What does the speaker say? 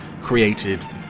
created